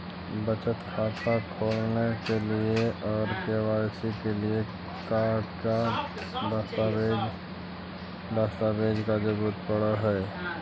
बचत खाता खोलने के लिए और के.वाई.सी के लिए का क्या दस्तावेज़ दस्तावेज़ का जरूरत पड़ हैं?